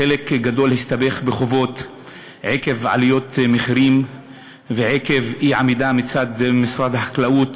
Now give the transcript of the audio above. חלק גדול הסתבך בחובות עקב עליות מחירים ועקב אי-עמידה מצד משרד החקלאות